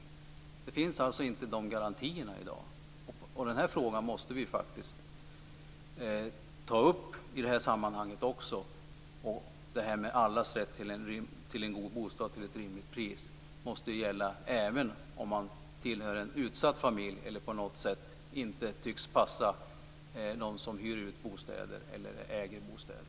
De garantierna finns alltså inte i dag. Också denna fråga måste vi faktiskt ta upp i detta sammanhang. Principen om allas rätt till en god bostad till ett rimligt pris måste gälla även om man tillhör en utsatt familj eller på något sätt inte tycks passa dem som hyr ut eller äger bostäder.